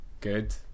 Good